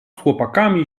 chłopakami